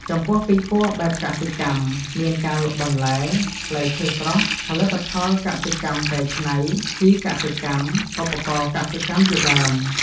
ចំពោះពិព័រណ៍បែបកសិកម្ម មានការលក់បន្លែ ផ្លែឈើស្រស់ ផលិតផលកសិកម្មកែច្នៃ ជីកសិកម្ម ឧបករណ៍កសិកម្មជាដើម។